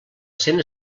cent